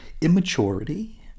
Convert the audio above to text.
immaturity